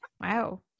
wow